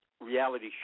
Reality